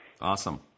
Awesome